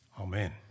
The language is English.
Amen